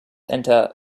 enter